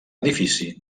edifici